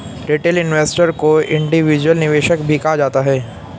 retail investor को individual निवेशक भी कहा जाता है